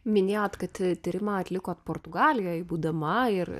minėjot kad tyrimą atlikot portugalijoj būdama ir